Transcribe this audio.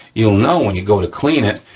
you'll know, when you go to clean it,